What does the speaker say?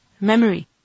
memory